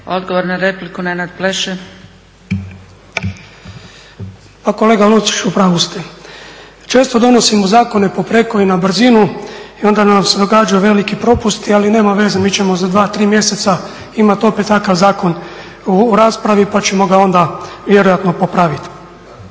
- Stranka rada)** Pa kolega Luciću, u pravu ste. Često donosimo zakone po preko i na brzinu i onda nam se događa veliki propusti, ali nema veze mi ćemo za dva, tri mjeseca imat opet takav zakon u raspravi pa ćemo ga onda vjerojatno popravit.